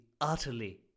utterly